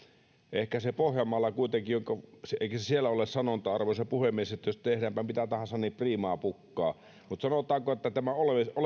ehkä pohjanmaalla kuitenkin eikös siellä ole sanonta arvoisa puhemies että tehdäänpä mitä tahansa niin priimaa pukkaa mutta sanotaanko että tämä on